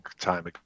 time